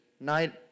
night